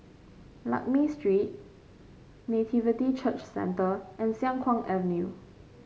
Lakme Street Nativity Church Centre and Siang Kuang Avenue